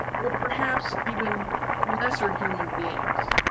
or perhaps even lesser human beings.